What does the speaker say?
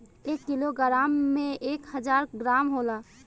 एक किलोग्राम में एक हजार ग्राम होला